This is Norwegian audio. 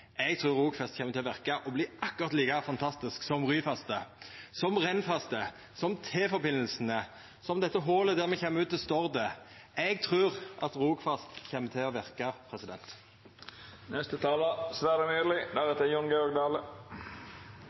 Eg trur Rogfast kjem til å verka og verta akkurat like fantastisk som Ryfast er, som Rennfast er, som T-forbindelsen er, som dette holet der me kjem ut til Stord, er. Eg trur at Rogfast kjem til å verka. Det er fascinerende å høre Fremskrittspartiets talere. Tidligere samferdselsminister Jon Georg Dale